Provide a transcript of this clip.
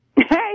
Hey